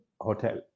Hotel